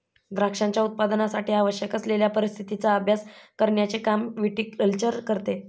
द्राक्षांच्या उत्पादनासाठी आवश्यक असलेल्या परिस्थितीचा अभ्यास करण्याचे काम विटीकल्चर करते